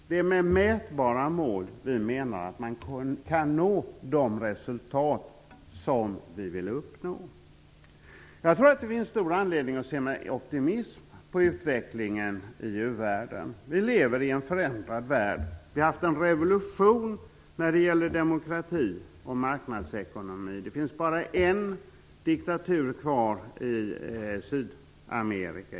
Det är med mätbara mål vi menar att man kan nå de resultat som vi vill uppnå. Jag tror att det finns stor anledning att se med optimism på utvecklingen i u-världen. Vi lever i en förändrad värld. Vi har haft en revolution när det gäller demokrati och marknadsekonomi. Det finns exempelvis bara en diktatur kvar i Sydamerika.